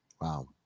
wow